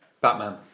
Batman